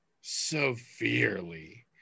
Severely